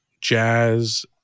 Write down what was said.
jazz